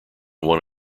won